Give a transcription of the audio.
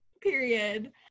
period